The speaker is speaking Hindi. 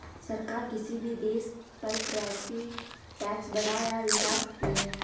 सरकार किसी भी देश पर टैरिफ टैक्स बढ़ा या घटा सकती है